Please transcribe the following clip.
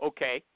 Okay